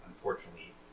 unfortunately